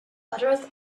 uttereth